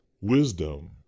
wisdom